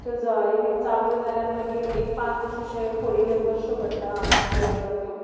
तो जळारी बीन चाबल्यो जाल्यार मागीर एक पांच दीस अशे फडी घेवन बसच्यो पडटा आंगाक ज्यो येता त्यो